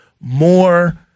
more